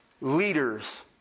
leaders